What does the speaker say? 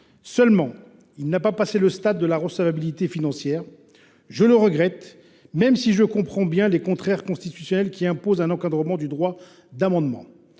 amendement n’a pas passé le stade de la recevabilité financière. Je le regrette, même si je comprends bien les contraintes constitutionnelles qui imposent un encadrement du droit d’amendement.